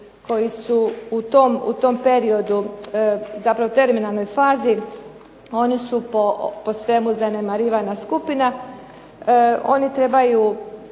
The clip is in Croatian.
koji su u tom periodu zapravo terminalnoj fazi oni su po svemu zanemarivana skupina. Oni trebaju